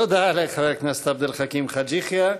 תודה לחבר הכנסת עבד אל חכים חאג' יחיא.